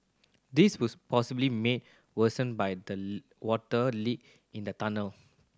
this was possibly made worse by the water leak in the tunnel